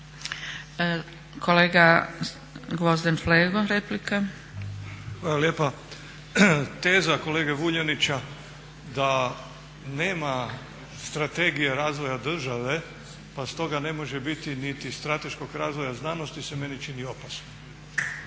**Flego, Gvozden Srećko (SDP)** Hvala lijepa. Teza kolege Vuljanića da nema strategije razvoja države pa stoga ne može biti niti strateškog razvoja znanosti se meni čini opasnom.